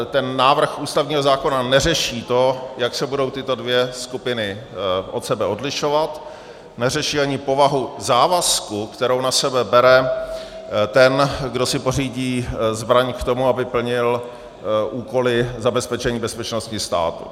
Ten návrh ústavního zákona neřeší to, jak se budou tyto dvě skupiny od sebe odlišovat, neřeší ani povahu závazku, kterou na sebe bere ten, kdo si pořídí zbraň k tomu, aby plnil úkoly zabezpečení bezpečnosti státu.